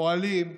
פועלים,